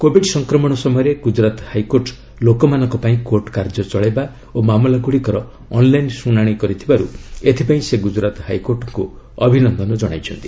Covid ସଂକ୍ରମଣ ସମୟରେ Gujarat high court ଲୋକମାନଙ୍କ ପାଇଁ କୋର୍ଟ କାର୍ଯ୍ୟ ଚଳାଇବା ଓ ମାମଲା ଗୁଡ଼ିକର ଅନ୍ଲାଇନ୍ ଶୁଣାଣି କରିଥିବାରୁ ଏଥିପାଇଁ ସେ ଗୁଜରାତ ହାଇକୋର୍ଟଙ୍କୁ ଅଭିନନ୍ଦନ ଜଣାଇଛନ୍ତି